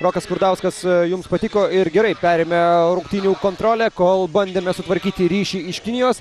rokas skurdauskas jums patiko ir gerai perėmė rungtynių kontrolę kol bandėme sutvarkyti ryšį iš kinijos